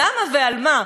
למה ועל מה?